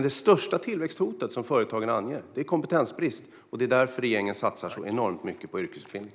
Det största tillväxthot som företagen anger är kompetensbrist, och det är därför regeringen satsar så enormt mycket på yrkesutbildning.